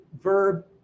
verb